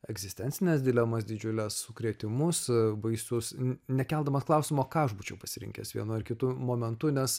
egzistencines dilemas didžiules sukrėtimus baisius nekeldamas klausimo o ką aš būčiau pasirinkęs vienu ar kitu momentu nes